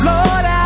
Lord